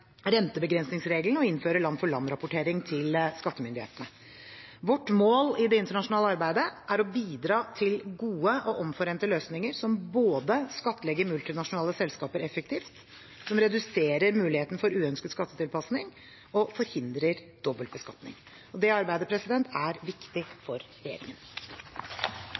rentebegrensningsregelen og innføre land-for land-rapportering til skattemyndighetene. Vårt mål i det internasjonale arbeidet er å bidra til gode og omforente løsninger som både skattlegger multinasjonale selskaper effektivt, reduserer muligheten for uønsket skattetilpasning og forhindrer dobbeltbeskatning. Dette arbeidet er viktig for regjeringen.